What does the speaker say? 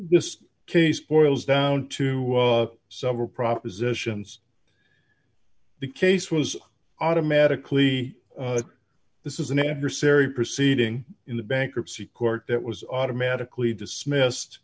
this case boils down to several propositions the case was automatically this is an adversary proceeding in the bankruptcy court that was automatically dismissed